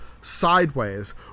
sideways